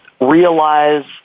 realize